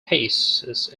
pieces